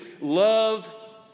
love